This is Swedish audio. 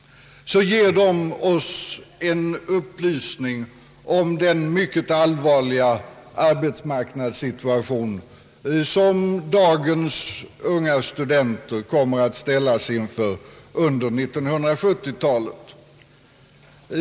De ger oss en upplysning om den mycket allvarliga arbetsmarknadssituation som dagens unga studenter kommer att ställas inför under 1970 talet.